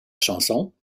chanson